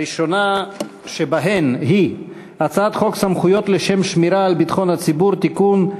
הראשונה שבהן היא הצעת חוק סמכויות לשם שמירה על ביטחון הציבור (תיקון,